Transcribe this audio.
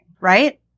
right